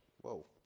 whoa